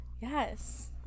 Yes